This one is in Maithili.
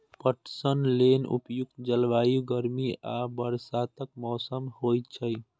पटसन लेल उपयुक्त जलवायु गर्मी आ बरसातक मौसम होइ छै